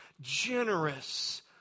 generous